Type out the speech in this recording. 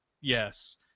yes